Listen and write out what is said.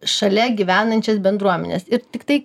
šalia gyvenančias bendruomenes ir tiktai